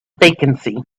vacancy